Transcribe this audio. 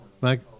Mike